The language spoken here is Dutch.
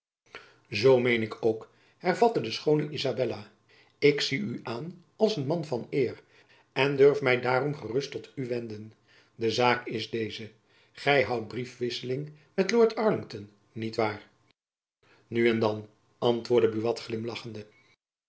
zoo meen ik ook hervatte de schoone izabella ik zie u aan als een man van eer en durf my daarom gerust tot u wenden de zaak is deze gy houdt briefwisseling met lord arlington niet waar nu en dan antwoordde buat glimlachende